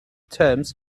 terms